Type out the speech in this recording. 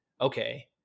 okay